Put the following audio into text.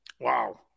Wow